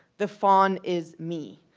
the faun is me.